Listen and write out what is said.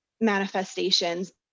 manifestations